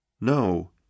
No